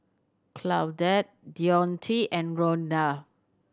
Claudette Deonte and Rhonda